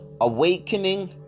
Awakening